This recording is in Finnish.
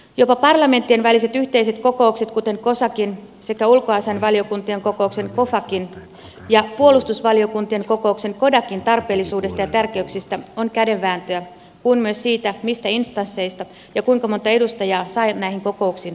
jopa parlamenttien välisten yhteisten kokousten kuten cosacin sekä ulkoasiainvaliokuntien kokouksen cofaccin ja puolustusvaliokuntien kokouksen codacin tarpeellisuudesta ja tärkeyksistä on kädenvääntöä kuten myös siitä mistä instansseista ja kuinka monta edustajaa saa näihin kokouksiin osallistua